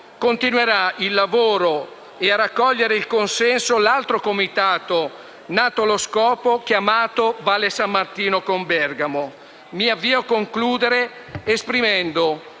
continuerà il lavoro e a raccogliere il consenso l'altro comitato nato allo scopo chiamato Valle San Martino con Bergamo. Mi avvio a concludere esprimendo